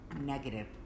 negative